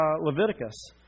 Leviticus